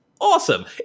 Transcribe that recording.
awesome